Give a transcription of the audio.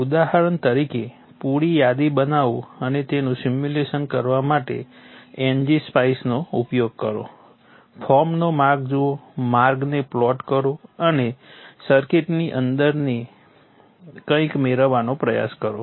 ઉદાહરણ તરીકે પુરી યાદી બનાવો અને તેનું સિમ્યુલેશન કરવા માટે ngSpice નો ઉપયોગ કરો ફોર્મનો માર્ગ જુઓ માર્ગને પ્લોટ કરો અને સર્કિટની અંદરથી કઈક મેળવવાનો પ્રયાસ કરો